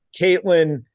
Caitlin